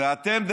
ואתם,